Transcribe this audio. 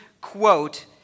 quote